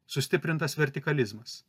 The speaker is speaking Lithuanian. sustiprintas vertikalizmas